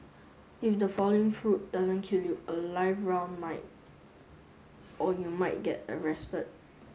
if the falling fruit doesn't kill you a live round might or you might get arrested